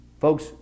Folks